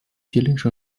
吉林省